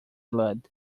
blood